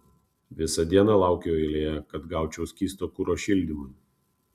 visą dieną laukiau eilėje kad gaučiau skysto kuro šildymui